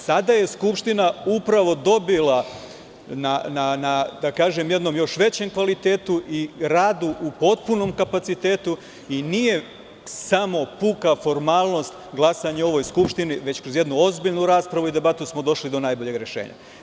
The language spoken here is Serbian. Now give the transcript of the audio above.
Sada je Skupština upravo dobila na jednom još većem kvalitetu i radu u potpunom kapacitetu i nije samo puka formalnost glasanje u ovoj Skupštini, već smo kroz jednu ozbiljnu raspravu i debatu došli do najboljeg rešenja.